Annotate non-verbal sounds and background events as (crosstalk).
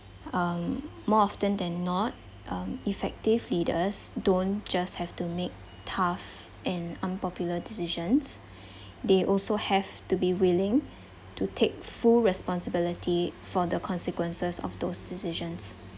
um more often than um effective leaders don't just have to make tough and unpopular decisions (breath) they also have to be willing to take full responsibility for the consequences of those decisions